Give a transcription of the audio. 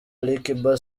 alikiba